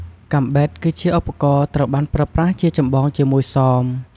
កាំបិត គឺជាឧបករណ៍ត្រូវបានប្រើប្រាស់ជាចម្បងជាមួយសម។